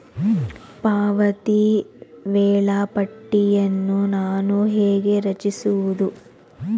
ಪಾವತಿ ವೇಳಾಪಟ್ಟಿಯನ್ನು ನಾನು ಹೇಗೆ ರಚಿಸುವುದು?